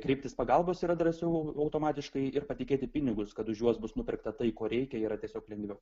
kreiptis pagalbos yra drąsiau automatiškai ir patikėti pinigus kad už juos bus nupirkta tai ko reikia yra tiesiog lengviau